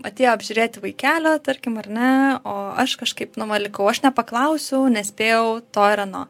atėjo apžiūrėti vaikelio tarkim ar ne o aš kažkaip nu va likau aš nepaklausiau nespėjau to ir ano